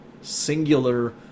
singular